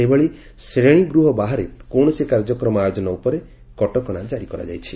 ସେହିଭଳି ଶ୍ରେଶୀଗୃହ ବାହାରେ କୌଶସି କାର୍ଯ୍ୟକ୍ରମ ଆୟୋଜନ ଉପରେ କଟକଣା ଜାରି କରାଯାଇଛି